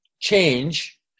change